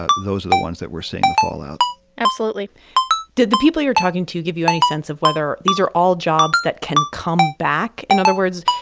ah those are the ones that we're seeing the fallout absolutely did the people you're talking to give you any sense of whether these are all jobs that can come back? in other words,